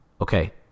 Okay